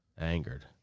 Angered